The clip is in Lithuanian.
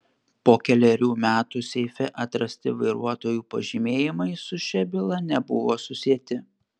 po kelerių metų seife atrasti vairuotojų pažymėjimai su šia byla nebuvo susieti